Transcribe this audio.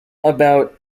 about